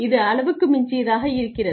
இது அளவுக்கு மிஞ்சியதாக இருக்கிறது